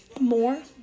more